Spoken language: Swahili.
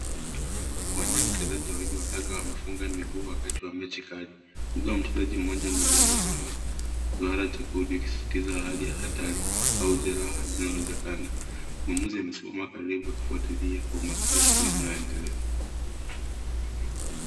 Uwanjani, wachezaji wawili wa raga wamefunga miguu wakati wa mechi kali. Huku mchezaji mmoja amezungukwa na duara jekundu ikizizitisha hali ya hatari au jeraha linalowezekana. Mwamuzi amesimama karibu akifuatilia kwa umakini shughuli inayoendelea.